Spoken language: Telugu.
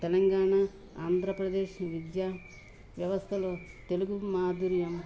తెలంగాణ ఆంధ్రప్రదేశ్ విద్యా వ్యవస్థలో తెలుగు మాధుర్యం